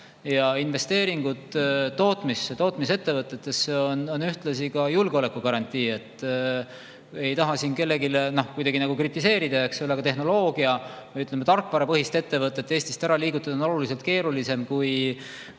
Ja investeeringud tootmisettevõtetesse on ühtlasi ka julgeolekugarantii. Ma ei taha kedagi kuidagi kritiseerida, eks ole, aga tehnoloogia- või, ütleme, tarkvarapõhist ettevõtet Eestist ära liigutada on oluliselt keerulisem kui